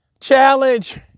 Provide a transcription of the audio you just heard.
Challenge